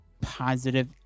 positive